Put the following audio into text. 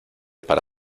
para